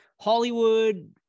Hollywood